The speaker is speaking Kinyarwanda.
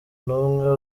n’umwe